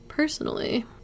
personally